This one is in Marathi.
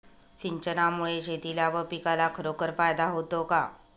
सिंचनामुळे शेतीला व पिकाला खरोखर फायदा होतो का?